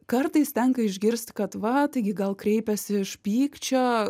kartais tenka išgirsti kad va taigi gal kreipiasi iš pykčio